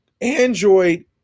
Android